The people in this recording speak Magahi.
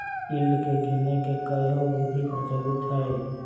यील्ड के गीनेए के कयहो विधि प्रचलित हइ